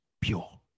pure